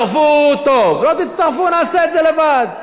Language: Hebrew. תצטרפו, טוב, לא תצטרפו, נעשה את זה לבד.